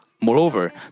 Moreover